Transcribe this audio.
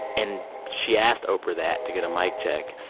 and she asked oprah that to get a mic check.